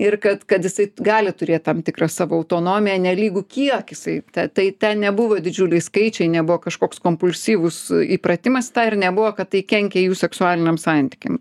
ir kad kad jisai gali turėt tam tikrą savo autonomiją nelygu kiek jisai ta tai ten nebuvo didžiuliai skaičiai nebuvo kažkoks kompulsyvus įpratimas tą ir nebuvo kad tai kenkia jų seksualiniam santykiam